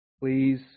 Please